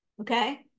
okay